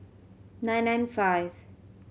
nine nine five